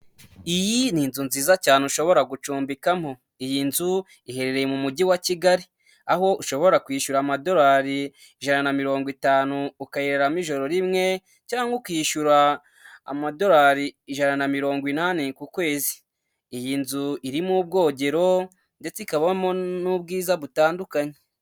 Iyi ni inzu nziza cyane ushobora gucumbikamo, iyi nzu iherereye mu mujyi wa Kigali, aho ushobora kwishyura amadolari ijana mirongo itanu ukayiraramo ijoro rimwe cyangwa ukishyura amadolari ijana na mirongo inani ku kwezi, iyi nzu irimo ubwogero ndetse ikabamo n'ubwiza butandukanye.